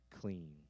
clean